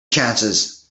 chances